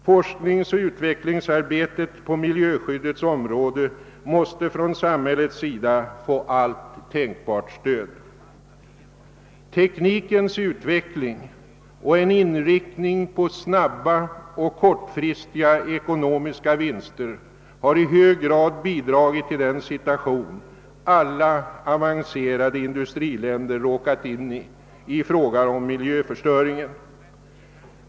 Forskningsoch utvecklingsarbetet på miljöskyddets område måste från samhällets sida få allt tänkbart stöd. Teknikens utveckling och en inriktning på snabba och kortfristiga ekonomiska vinster har i hög grad bidragit till den situation som alla avancerade industriländer råkat in i när det gäller miljöförstöringen.